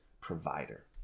provider